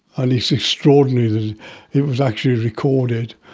and it's extraordinary that it was actually recorded,